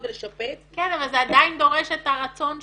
ולשפץ -- כן אבל זה עדיין דורש את הרצון שלהם.